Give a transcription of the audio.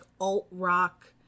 alt-rock